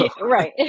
Right